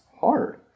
hard